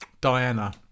Diana